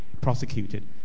prosecuted